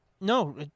No